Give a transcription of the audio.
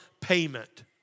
payment